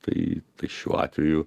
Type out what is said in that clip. tai tai šiuo atveju